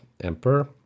Emperor